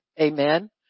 Amen